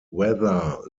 whether